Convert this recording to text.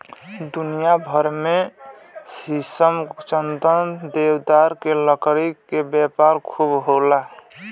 दुनिया भर में शीशम, चंदन, देवदार के लकड़ी के व्यापार खूब होला